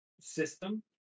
system